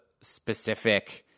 specific